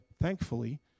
thankfully